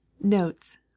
notes